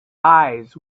eyes